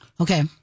Okay